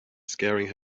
scaring